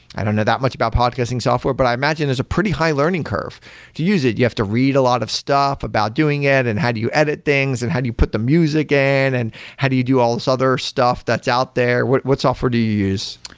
i don't know that much about podcasting software, but i imagine it's a pretty high learning curve to use it. you have to read a lot of stuff, about doing it, and how do you edit things and how do you put the music in and and how do you do all these other stuff that's out there. what what software do you you use?